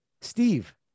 Steve